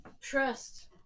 trust